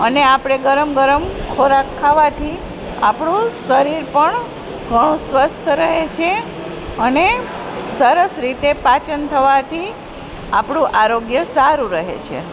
અને આપણે ગરમ ગરમ ખોરાક ખાવાથી આપણું શરીર પણ ઘણું સ્વસ્થ રહે છે અને સરસ રીતે પાચન થવાથી આપણું આરોગ્ય સારું રહે છે